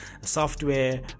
software